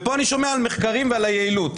ופה אני שומע על מחקרים ועל היעילות.